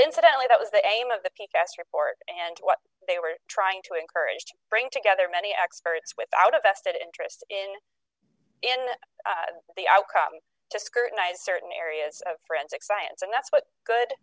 incidentally that was the aim of the pink ass report and what they were trying to encourage to bring together many experts without a vested interest in the outcome just scrutinize certain areas of forensic science and that's what good